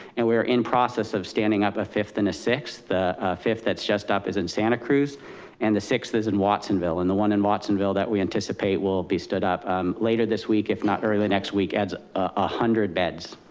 and we are in process of standing up a fifth and a the fifth that's just up is in santa cruz and the sixth is in watsonville. and the one in watsonville that we anticipate will be stood up um later this week, if not early next week adds a hundred beds.